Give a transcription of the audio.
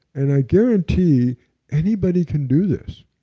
and i guarantee anybody can do this.